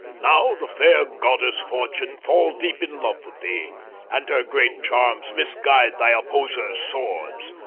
now the fair goddess, fortune, fall deep in love with thee and her great charms misguide thy opposers' swords!